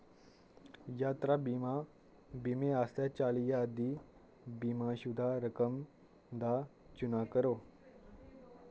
यात्रा बीमा बीमे आस्तै चाली ज्हार दी बीमा शुदा रकम दा चुनाऽ करो